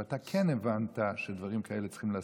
ואתה כן הבנת שדברים כאלה צריך לעשות,